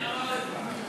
מי אמר את זה?